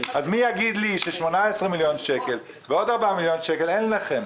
אז מי יגיד לי ש-18 מיליון שקל ועוד 4 מיליון שקל אין לכם?